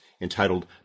entitled